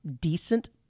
decent